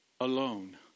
alone